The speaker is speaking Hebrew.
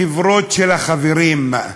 חברות של החברים.